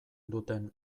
duten